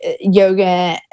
yoga